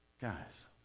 Guys